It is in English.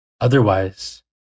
Otherwise